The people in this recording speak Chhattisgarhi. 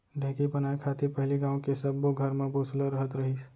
ढेंकी बनाय खातिर पहिली गॉंव के सब्बो घर म बसुला रहत रहिस